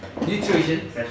nutrition